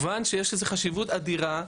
עכשיו, כמובן שיש לזה חשיבות אדירה.